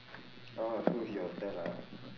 orh so he was there lah